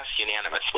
unanimously